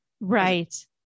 Right